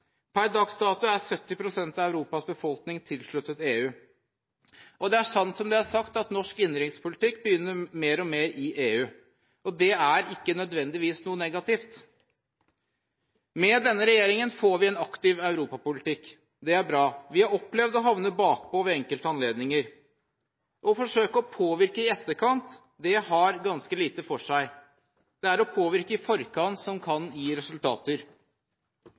Per dags dato er 70 pst. av Europas befolkning tilsluttet EU. Det er sant som det er sagt, at norsk innenrikspolitikk begynner mer og mer i EU. Det er ikke nødvendigvis noe negativt. Med denne regjeringen får vi en aktiv europapolitikk. Det er bra. Vi har opplevd å havne bakpå ved enkelte anledninger. Å forsøke å påvirke i etterkant har ganske lite for seg. Det er å påvirke i forkant som kan gi resultater.